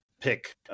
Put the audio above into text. pick